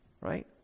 Right